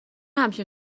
همچین